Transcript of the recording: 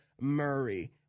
Murray